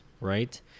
right